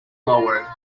lower